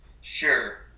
Sure